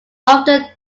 often